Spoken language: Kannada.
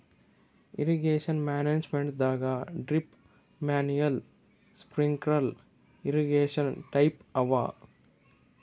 ಇರ್ರೀಗೇಷನ್ ಮ್ಯಾನೇಜ್ಮೆಂಟದಾಗ್ drip manual sprinkler irrigation type ಅವ